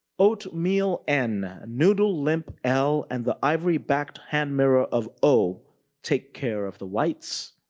oatmeal n, noodle limp l and the ivory backed hand mirror of o take care of the whites.